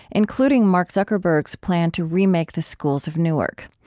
including mark zuckerberg's plan to remake the schools of newark.